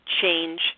change